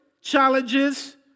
challenges